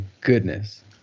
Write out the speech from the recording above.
goodness